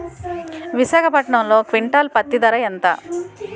విశాఖపట్నంలో క్వింటాల్ పత్తి ధర ఎంత?